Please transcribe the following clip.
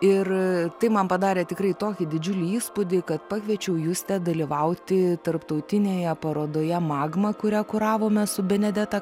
ir tai man padarė tikrai tokį didžiulį įspūdį kad pakviečiau justę dalyvauti tarptautinėje parodoje magma kurią kuravome su benedeta